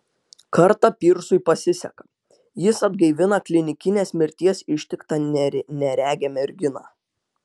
kartą pyrsui pasiseka jis atgaivina klinikinės mirties ištiktą neregę merginą